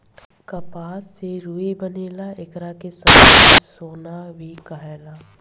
कपास से रुई बनेला एकरा के सफ़ेद सोना भी कहाला